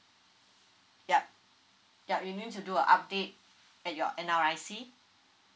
yup yup you need to do a update at your N_R_I_C